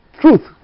truth